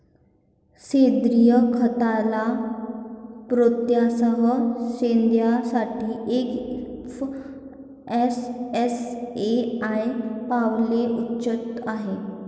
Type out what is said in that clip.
सेंद्रीय खताला प्रोत्साहन देण्यासाठी एफ.एस.एस.ए.आय पावले उचलत आहे